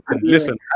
listen